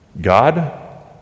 God